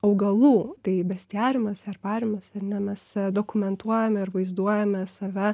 augalų tai bestiariumas herbariumas ar ne mes dokumentuojame ir vaizduojame save